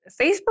Facebook